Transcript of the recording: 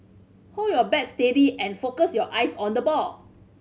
hold your bat steady and focus your eyes on the ball